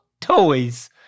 toys